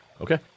Okay